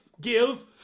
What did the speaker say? give